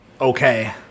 okay